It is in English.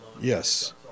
Yes